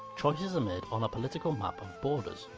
choices are made on a political map of borders.